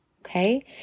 okay